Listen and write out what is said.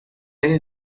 های